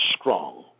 strong